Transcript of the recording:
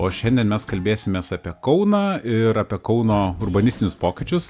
o šiandien mes kalbėsimės apie kauną ir apie kauno urbanistinius pokyčius